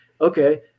okay